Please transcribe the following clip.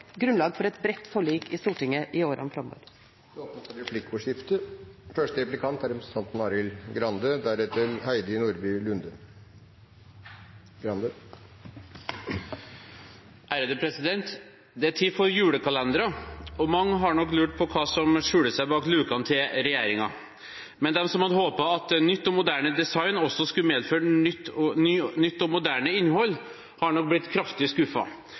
grunnlag for et bredt forlik i Stortinget i årene framover. Det blir replikkordskifte. Det er tid for julekalendere, og mange har nok lurt på hva som skjuler seg bak lukene til regjeringen. Men de som hadde håpet at nytt og moderne design også skulle medført nytt og moderne innhold, har nok blitt kraftig